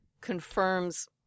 confirms